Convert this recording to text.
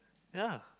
ya